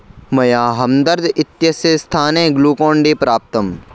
मया हम्दर्द् इत्यस्य स्थाने ग्लूकोन्डी प्राप्तम्